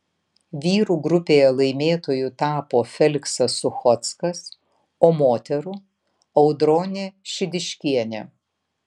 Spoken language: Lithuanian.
vyrų grupėje laimėtoju tapo feliksas suchockas o moterų audronė šidiškienė